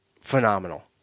phenomenal